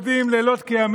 אנשים שעובדים לילות כימים,